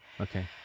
okay